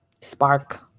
spark